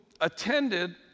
attended